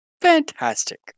Fantastic